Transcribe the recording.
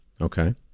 okay